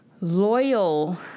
loyal